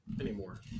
anymore